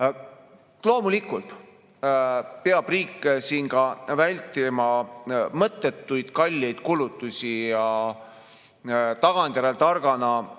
Loomulikult peab riik siin vältima mõttetuid kalleid kulutusi ja tagantjärele targana